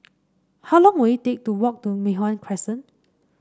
how long will it take to walk to Mei Hwan Crescent